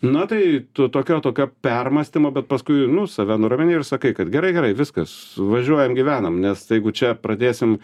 na tai tu tokio tokio permąstymo bet paskui nu save nuraminti ir sakai kad gerai gerai viskas važiuojam gyvenam nes jeigu čia pradėsim